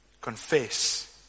Confess